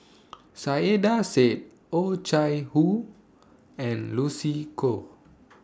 Saiedah Said Oh Chai Hoo and Lucy Koh